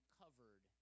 covered